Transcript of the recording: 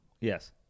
Yes